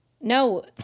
no